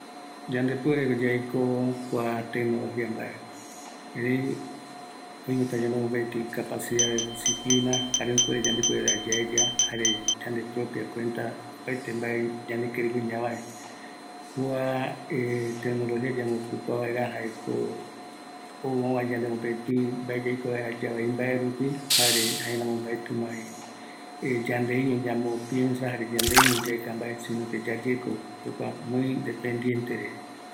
﻿Yande puereko yaiko kua tecnologia mbae, erei oimeta ñanoi capacidad de diciplina, jare jukurai yande puere vaera yaeya, jare yande propia kuenta, opaete mbae ñanekireigue ñavae, kua tecnologia yambokupa vaera jaeko, ou ovae yande mopeti mbae yande yaikua vaera yavai mbaerupi, jaeramo mbaetimavi yandeió yamopiensa jare yandeiño yaeka mbae, sino que yayako muy dependientere